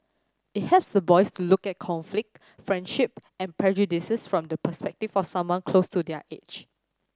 it helps the boys to look at conflict friendship and prejudices from the perspective for someone close to their age